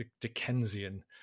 Dickensian